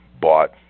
bought